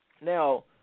Now